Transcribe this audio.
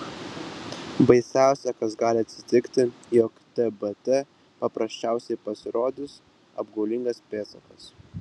baisiausia kas gali atsitikti jog tbt paprasčiausiai pasirodys apgaulingas pėdsakas